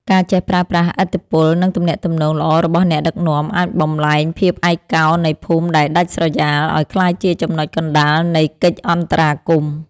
ការចេះប្រើប្រាស់ឥទ្ធិពល និងទំនាក់ទំនងល្អរបស់អ្នកដឹកនាំ អាចបំប្លែងភាពឯកោនៃភូមិដែលដាច់ស្រយាលឱ្យក្លាយជាចំណុចកណ្ដាលនៃកិច្ចអន្តរាគមន៍។